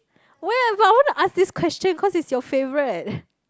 where but I wanna ask this question cause it's your favourite